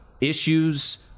issues